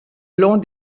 long